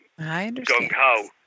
gung-ho